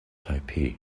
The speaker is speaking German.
taipeh